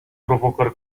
provocări